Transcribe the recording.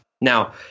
Now